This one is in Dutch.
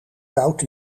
koud